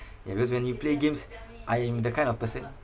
ya because when you play games I am the kind of person